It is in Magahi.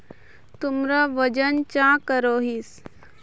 तुमरा वजन चाँ करोहिस?